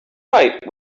right